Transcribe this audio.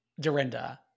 Dorinda